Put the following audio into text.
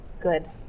good